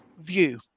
view